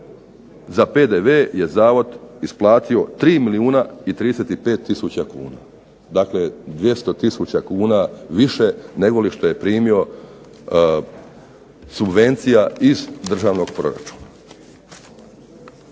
za PDV je Zavod isplatio 3 milijuna i 35000 kuna. Dakle, 200000 kuna više nego što je primio subvencija iz državnog proračuna.